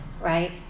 right